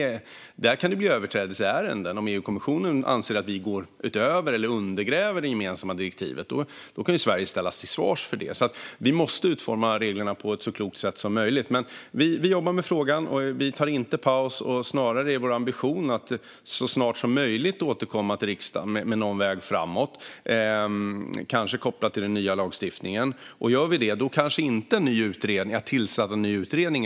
Där kan det bli överträdelseärenden, om EU-kommissionen anser att vi går utöver eller undergräver det gemensamma direktivet. Då kan Sverige ställas till svars för detta. Vi måste alltså utforma reglerna på ett så klokt sätt som möjligt. Vi jobbar med frågan, och vi tar inte paus. Snarare är vår ambition att så snart som möjligt återkomma till riksdagen med någon väg framåt, kanske kopplat till den nya lagstiftningen. Gör vi det kanske det inte är ett alternativ att tillsätta en ny utredning.